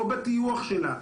או בטיוח שלה,